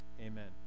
Amen